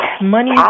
money